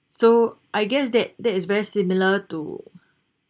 so I guess that that is very similar to